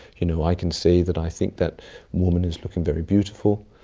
you know i can say that i think that woman is looking very beautiful,